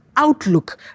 outlook